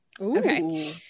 okay